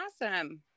Awesome